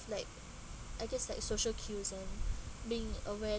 like I guess like social cues are being aware